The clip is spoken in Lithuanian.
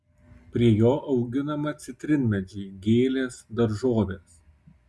prie jo auginama citrinmedžiai gėlės daržovės